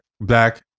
black